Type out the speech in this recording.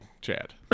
Chad